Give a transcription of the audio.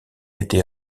été